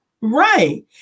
Right